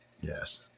Yes